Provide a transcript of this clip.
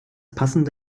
passende